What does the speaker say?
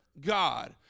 God